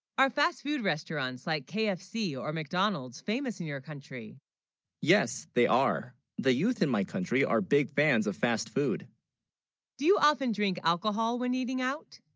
our fast-food restaurants, like kfc or mcdonald's famous in your country yes they are the youth in my country are big fans of fast food do you, often drink alcohol when eating out